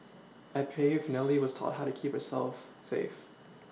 at Pave Nellie was taught how to keep herself safe